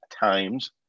Times